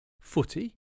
footy